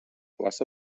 plaça